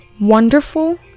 wonderful